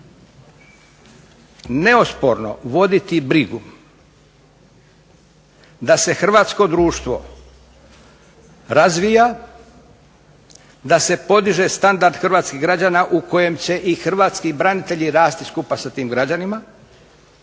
neosporno voditi brigu da se hrvatsko društvo razvija, da se podiže standard hrvatskih građana u kojem će i hrvatski branitelji rasti skupa sa tim građanima,